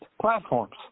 platforms